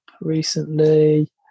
recently